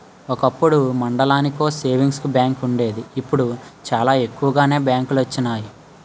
ఒకప్పుడు మండలానికో savings bank వుండేది ఇప్పుడు చాలా ఎక్కువగానే బ్యాంకులొచ్చినియి